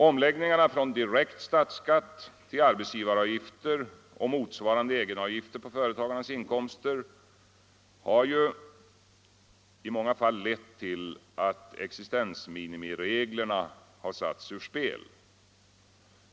Omläggningarna från direkt statsskatt till arbetsgivaravgifter och motsvarande egenavgifter på företagarnas inkomster har nämligen i många fall lett till att existensminimireglerna satts ur spel.